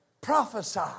prophesy